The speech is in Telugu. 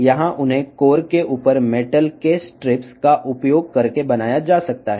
ఇక్కడ అవి కోర్ మీద ఉన్న లోహ స్ట్రిప్స్ ఉపయోగించి తయారు చేయబడతాయి